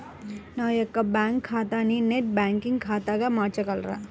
నా యొక్క బ్యాంకు ఖాతాని నెట్ బ్యాంకింగ్ ఖాతాగా మార్చగలరా?